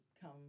come